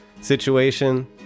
situation